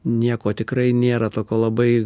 nieko tikrai nėra tokio labai